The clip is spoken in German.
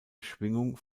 schwingung